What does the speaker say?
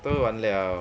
都完 liao